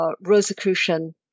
Rosicrucian